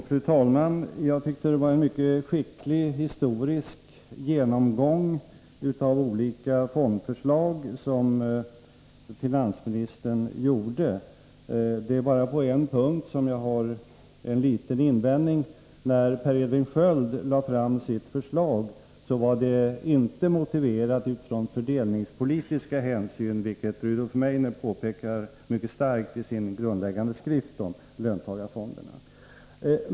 Fru talman! Jag tyckte att det var en mycket skicklig historiegenomgång av olika fondförslag som finansministern gjorde. Det är bara på en punkt som jag har en liten invändning. När Per Edvin Sköld lade fram sitt förslag var det inte motiverat utifrån fördelningspolitiska hänsyn, vilket Rudolf Meidner mycket starkt påpekar i sin grundläggande skrift om löntagarfonderna.